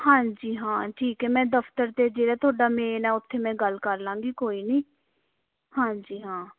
ਹਾਂਜੀ ਹਾਂ ਠੀਕ ਹੈ ਮੈਂ ਦਫਤਰ 'ਤੇ ਜਿਹੜਾ ਤੁਹਾਡਾ ਮੇਨ ਆ ਉੱਥੇ ਮੈਂ ਗੱਲ ਕਰ ਲਾਂਗੀ ਕੋਈ ਨਹੀਂ ਹਾਂਜੀ ਹਾਂ